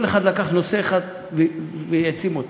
כל אחד לקח נושא אחד והעצים אותו.